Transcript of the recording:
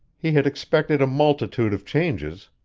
he had expected a multitude of changes,